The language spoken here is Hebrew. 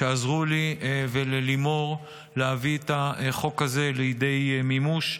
שעזרו לי וללימור להביא את החוק הזה לידי מימוש,